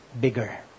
bigger